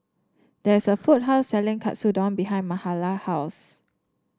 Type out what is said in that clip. there is a food court selling Katsudon behind Mahala house